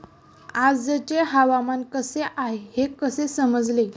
आजचे हवामान कसे आहे हे कसे समजेल?